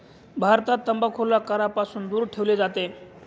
भारतात तंबाखूला करापासून दूर ठेवले जाते